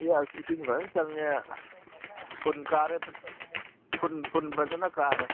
ꯏꯁꯤꯡ ꯐꯖꯅ ꯆꯪꯉꯦ ꯑꯁ ꯐꯨꯜ ꯀꯥꯔꯦ ꯐꯨꯜ ꯐꯨꯜ ꯐꯖꯅ ꯀꯥꯔꯦ